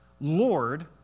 Lord